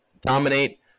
dominate